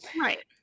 right